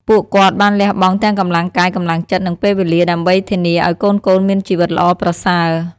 ពួកគាត់បានលះបង់ទាំងកម្លាំងកាយ កម្លាំងចិត្ត និងពេលវេលា ដើម្បីធានាឲ្យកូនៗមានជីវិតល្អប្រសើរ។